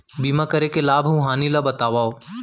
बीमा करे के लाभ अऊ हानि ला बतावव